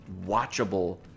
watchable